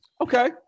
Okay